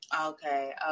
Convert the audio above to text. okay